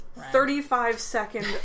35-second